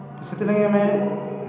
ସେଥିର୍ଲାଗି ଆମେ